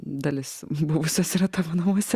dalis buvusios yra tavo namuose